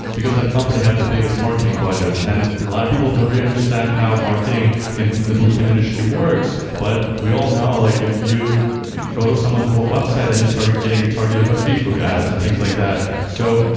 because that company had the biggest marketing budget. and a lot of people don't really understand how marketing in in the boot camp industry works. but we all know, like if you go to someone's website, then you start getting retargeted by facebook ads and things like that. so,